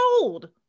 old